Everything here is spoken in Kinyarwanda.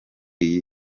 iyi